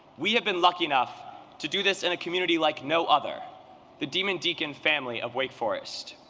we have been lucky enough to do this in a community like no other the demon deacon family of wake forest.